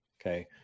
okay